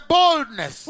boldness